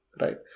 right